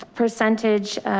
percentage